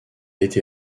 été